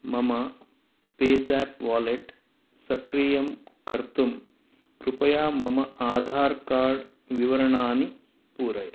मम page app wallet सक्रियं कर्तुं कृपया मम आधार् कार्ड् विवरणानि पूरय